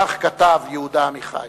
כך כתב יהודה עמיחי.